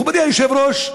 מכובדי היושב-ראש,